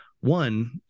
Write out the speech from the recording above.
one